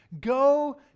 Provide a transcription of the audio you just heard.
go